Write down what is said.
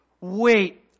wait